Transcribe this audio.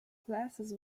classes